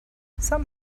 some